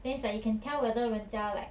then it's like you can tell whether 人家 like